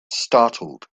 startled